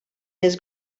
his